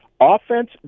offense